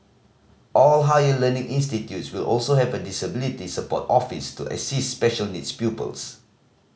all higher learning institutes will also have a disability support office to assist special needs pupils